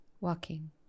walking